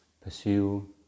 pursue